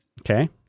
Okay